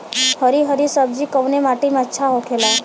हरी हरी सब्जी कवने माटी में अच्छा होखेला?